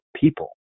people